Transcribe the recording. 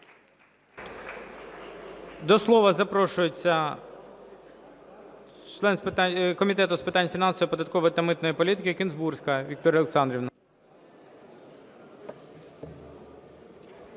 До слова запрошується член Комітету з питань фінансової, податкової та митної політики Кінзбурська Вікторія Олександрівна.